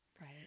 Right